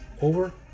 over